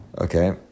Okay